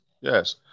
yes